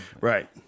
Right